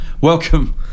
Welcome